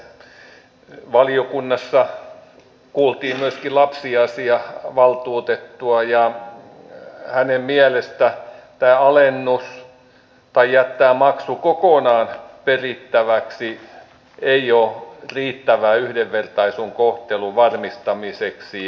valiokunnassa kuultiin myöskin lapsiasiavaltuutettua ja hänen mielestään tämä alennus tai jättää maksu kokonaan perittäväksi ei ole riittävä yhdenvertaisen kohtelun varmistamiseksi